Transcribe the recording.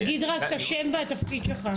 תגיד את השם והתפקיד שלך.